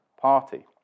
party